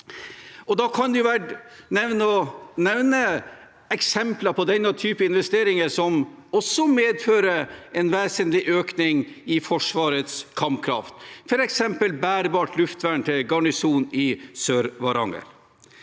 Da kan det være verdt å nevne eksempler på denne type investeringer som også medfører en vesentlig økning i Forsvarets kampkraft, f.eks. bærbart luftvern til Garnisonen i SørVaranger.